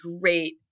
great